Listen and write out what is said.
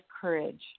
courage